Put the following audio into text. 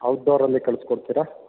out ಡೋರಲ್ಲೆ ಕಳ್ಸ್ಕೊಡ್ತೀರ